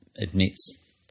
admits